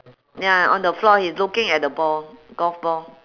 ya on the floor he's looking at the ball golf ball